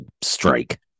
strike